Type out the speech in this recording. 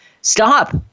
Stop